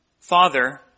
Father